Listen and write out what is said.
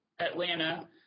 Atlanta